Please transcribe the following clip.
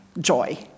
joy